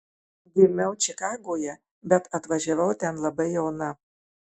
gimiau čikagoje bet atvažiavau ten labai jauna